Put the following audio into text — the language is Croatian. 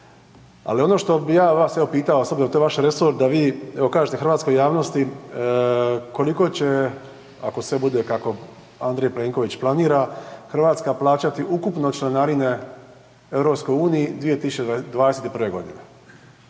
Ali ono što bi ja vas evo pitao s obzirom da je to vaš resor da vi evo kažete hrvatskoj javnosti koliko će, ako sve bude kako Andrej Plenković planira, RH plaćati ukupno članarine EU 2021.g.?